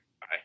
Bye